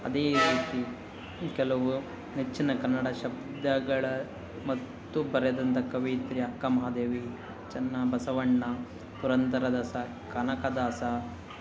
ಅದೇ ರೀತಿ ಕೆಲವು ನೆಚ್ಚಿನ ಕನ್ನಡ ಶಬ್ದಗಳ ಮತ್ತು ಬರೆದಂಥ ಕವಯಿತ್ರಿ ಅಕ್ಕ ಮಹಾದೇವಿ ಚೆನ್ನ ಬಸವಣ್ಣ ಪುರಂದರದಾಸ ಕನಕದಾಸ